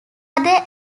other